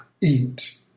eat